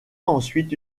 ensuite